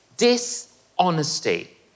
Dishonesty